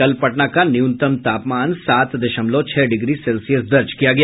कल पटना का न्यूनतम तापमान सात दशमलव छह डिग्री सेल्सियस दर्ज किया गया